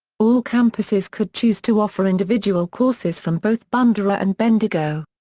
all campuses could choose to offer individual courses from both bundoora and bendigo.